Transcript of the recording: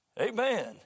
Amen